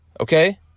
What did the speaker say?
Okay